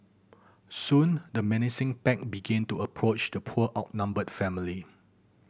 soon the menacing pack began to approach the poor outnumbered family